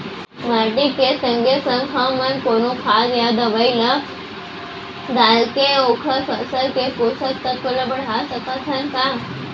माटी के संगे संग हमन कोनो खाद या दवई ल डालके ओखर फसल के पोषकतत्त्व ल बढ़ा सकथन का?